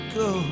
go